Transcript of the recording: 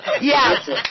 Yes